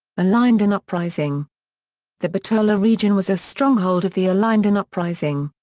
ilinden uprising the bitola region was a stronghold of the ilinden uprising.